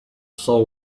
soul